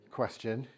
question